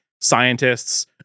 scientists